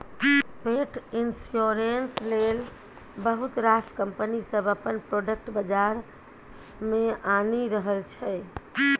पेट इन्स्योरेन्स लेल बहुत रास कंपनी सब अपन प्रोडक्ट बजार मे आनि रहल छै